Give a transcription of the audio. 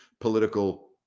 political